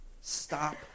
stop